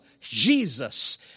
Jesus